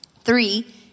Three